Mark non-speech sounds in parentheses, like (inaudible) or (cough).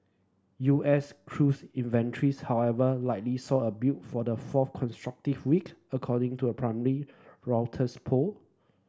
U S crudes (unintelligible) however likely saw a build for the fourth consecutive week according to a preliminary Reuters poll